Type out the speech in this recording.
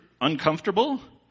uncomfortable